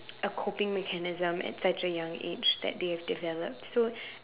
a coping mechanism at such a young age that they have developed so